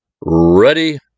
ready